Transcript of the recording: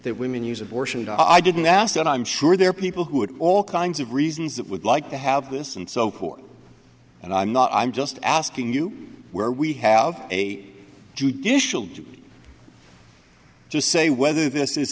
that women use abortion i didn't ask and i'm sure there are people who have all kinds of reasons that would like to have this and so forth and i'm not i'm just asking you where we have a judicial to say whether this is